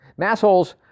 Massholes